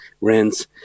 rents